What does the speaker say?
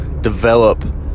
develop